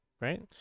right